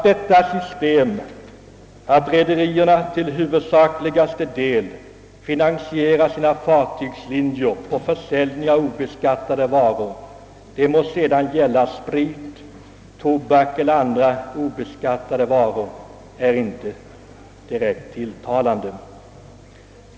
Detta system att rederierna till övervägande del finansierar sina fartygslinjer med försäljning av obeskattade varor, det må sedan vara sprit, tobak eller andra varor, är inte tilltalande.